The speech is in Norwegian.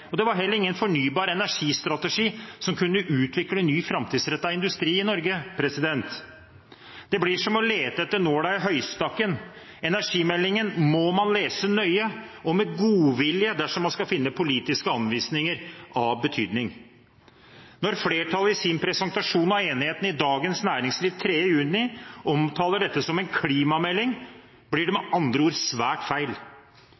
og det var heller ingen fornybar energistrategi som kunne utvikle ny framtidsrettet industri i Norge. Det blir som å lete etter nåla i høystakken. Energimeldingen må man lese nøye og med godvilje dersom man skal finne politiske anvisninger av betydning. Når flertallet i sin presentasjon av enigheten i Dagens Næringsliv 3. juni omtaler dette som en klimamelding, blir det med andre ord svært feil.